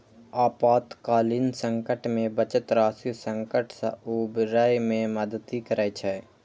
आपातकालीन संकट मे बचत राशि संकट सं उबरै मे मदति करै छै